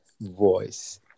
voice